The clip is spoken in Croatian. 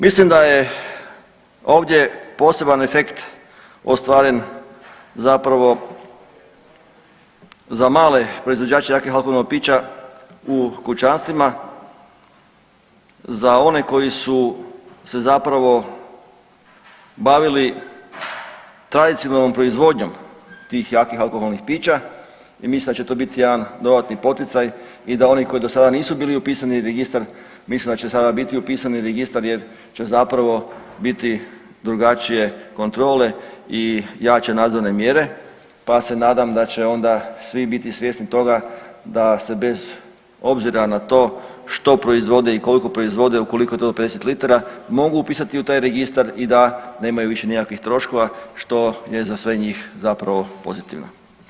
Mislim da je ovdje poseban efekt ostvaren zapravo za male proizvođače alkoholnih pića u kućanstvima za one koji su se zapravo bavili tradicionalnom proizvodnjom tih alkoholnih pića i mislim da će to biti jedan dodatni poticaj i da oni koji do sada nisu bili upisani u registar, mislim da će sada biti upisani u registar jer će zapravo biti drugačije kontrole i jače nadzorne mjere pa se nadam da će onda svi biti svjesni toga da se bez obzira na to što proizvode i koliko proizvode ukoliko je to do 50 litara mogu upisati u taj registar i da nemaju više nikakvih troškova, što je za sve njih zapravo pozitivno.